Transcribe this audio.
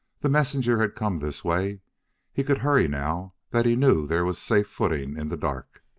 the messenger had come this way he could hurry now that he knew there was safe footing in the dark.